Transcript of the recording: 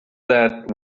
that